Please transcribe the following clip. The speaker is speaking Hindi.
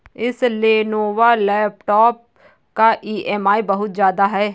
इस लेनोवो लैपटॉप का ई.एम.आई बहुत ज्यादा है